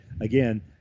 Again